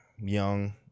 young